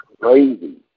crazy